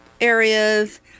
areas